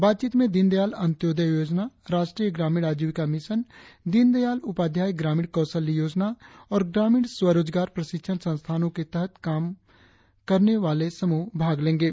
बातचीत में दीनदयाल अंत्योदय योजना राष्ट्रीय ग्रामीण आजीविका मिशन दीनदायल उपाध्याय ग्रामीण कौशल्य योजना और ग्रामीण स्व रोजगार प्रशिक्षण संस्थानों के तहत काम करन एवाले समूह भाग लेंगे